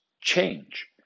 change